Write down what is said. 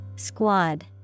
Squad